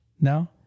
No